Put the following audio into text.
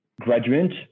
graduate